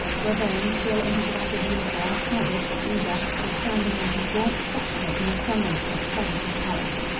ravone, still in his ragged uniform, haggard but eager, was standing like a gaunt spectre in the sunlight that flooded the terrace.